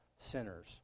sinners